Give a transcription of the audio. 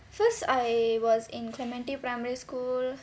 first I was in clementi primary school